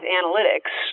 analytics